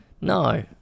No